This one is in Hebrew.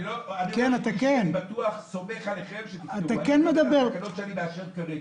אני סומך עליכם בתקנות שאנחנו מאשרים כרגע.